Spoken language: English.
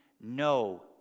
no